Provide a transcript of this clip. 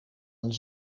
een